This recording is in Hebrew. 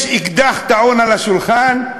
יש אקדח טעון על השולחן.